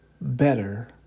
better